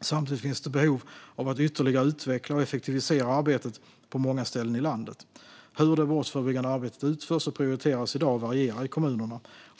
Samtidigt finns det behov av att ytterligare utveckla och effektivisera arbetet på många ställen i landet. Hur det brottsförebyggande arbetet utförs och prioriteras i dag varierar i kommunerna.